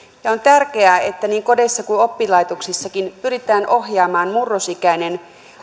on tärkeää että niin kodeissa kuin oppilaitoksissakin pyritään ohjaamaan murrosikäinen